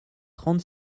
trente